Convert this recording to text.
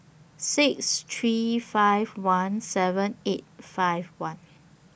six three five one seven eight five one